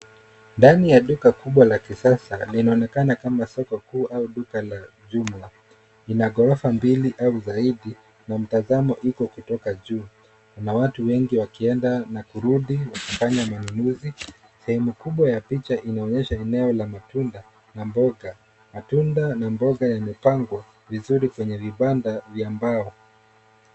Ndani ya duka kubwa la kisasa linaonekana kama soko kuu au duka la jumla. Ina gorofa mbili au zaidi na mtazamo iko kutoka juu. Kuna watu wengi wakienda na kurudi wakifkanya manunuzi. Sehemu kubwa ya picha inaonyesha eneo la matunda na mboga. Matunda na mboga yamepangwa vizuri kwenye vibanda vya mbao.